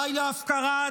די להפקרה.